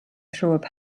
through